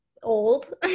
old